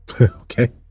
Okay